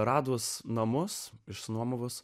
radus namus išsinuomotus